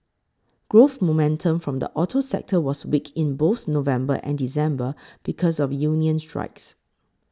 growth momentum from the auto sector was weak in both November and December because of union strikes